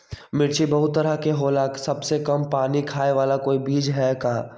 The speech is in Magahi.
मिर्ची बहुत तरह के होला सबसे कम पानी खाए वाला कोई बीज है का?